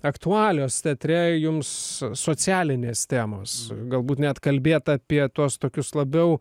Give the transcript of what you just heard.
aktualios teatre jums socialinės temos galbūt net kalbėt apie tuos tokius labiau